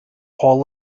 hall